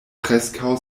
preskaŭ